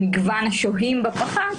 מגוון השוהים בה פחת,